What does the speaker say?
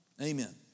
Amen